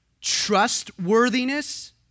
trustworthiness